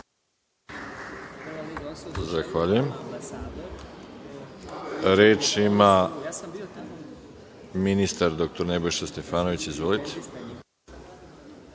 Zahvaljujem. Reč ima ministar dr Nebojša Stefanović. Izvolite.